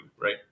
right